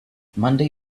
monday